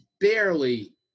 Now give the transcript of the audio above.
barely